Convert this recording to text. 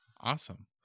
Awesome